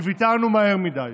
שוויתרנו מהר מדי.